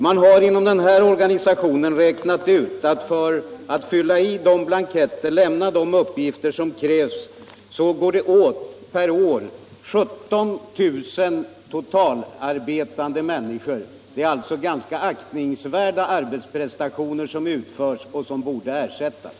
Man har inom denna organisation räknat ut att ifyllandet av de blanketter och lämnandet av de uppgifter som myndigheterna infordrar kräver en insats per år motsvarande 17 000 — Företagens heltidssysselsatta personers arbete. uppgiftsoch Det är alltså ganska aktningsvärda arbetsprestationer som utförs och — uppbördsskyldighet som borde ersättas.